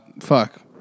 fuck